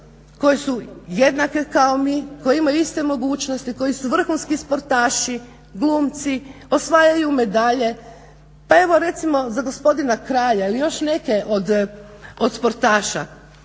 koje su jednake kao mi, koje imaju iste mogućnosti, koji su vrhunski sportaši, glumci, osvajaju medalje. Pa evo recimo za gospodina Kralja ili još neke od sportaša